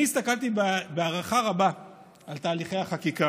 אני הסתכלתי בהערכה רבה על תהליכי החקיקה,